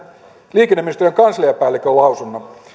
liikenneministeriön entisen kansliapäällikön lausunnon